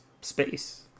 space